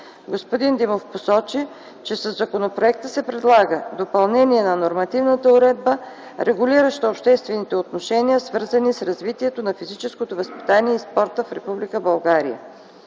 Господин Димов посочи, че със законопроекта се предлага допълнение на нормативната уредба, регулираща обществените отношения, свързани с развитието на физическото възпитание и спорта в